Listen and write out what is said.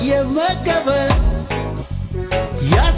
yeah yeah